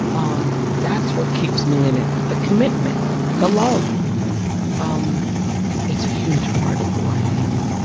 um that's what keeps me in it. the commitment, the love um it's a huge part of who i am.